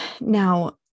Now